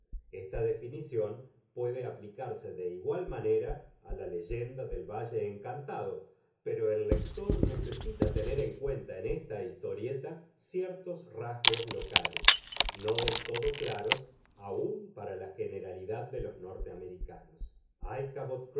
esta definición puede aplicarse de igual manera a la leyenda del valle encantado pero el lector necesita tener en cuenta en esta historieta ciertos rasgos locales no del todo claros aun para la generalidad de los norteamericanos íchabod